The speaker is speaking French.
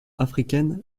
africaine